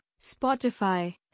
Spotify